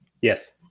Yes